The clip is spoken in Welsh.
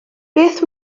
beth